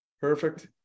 perfect